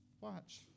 Watch